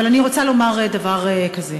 אבל אני רוצה לומר דבר כזה: